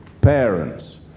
parents